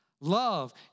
Love